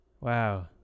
Wow